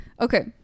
okay